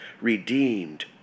redeemed